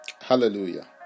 Hallelujah